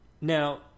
now